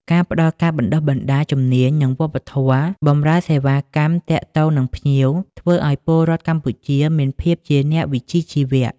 ការផ្ដល់ការបណ្តុះបណ្តាលជំនាញនិងវប្បធម៌បម្រើសេវាកម្មទាក់ទងនឹងភ្ញៀវ ធ្វើឲ្យពលរដ្ឋកម្ពុជាមានភាពជាអ្នកវិជ្ជាជីវៈ។